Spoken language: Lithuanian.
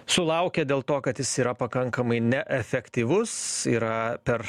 sulaukia dėl to kad jis yra pakankamai neefektyvus yra per